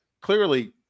clearly